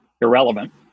irrelevant